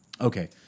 Okay